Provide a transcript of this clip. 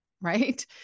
right